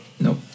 nope